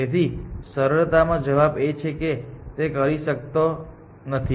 તેથી સરળ જવાબ એ છે કે તે કરી શકતો નથી